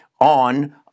on